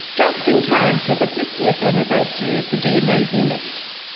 just in time for the fiftieth anniversary of the dna helix.